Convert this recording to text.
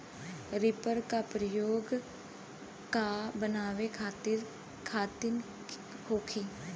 Reaper का प्रयोग का बनावे खातिन होखि?